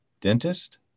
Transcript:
dentist